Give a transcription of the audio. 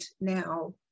now